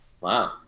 Wow